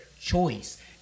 choice